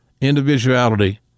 individuality